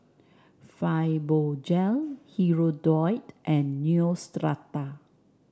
Fibogel Hirudoid and Neostrata